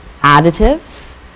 additives